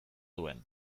duen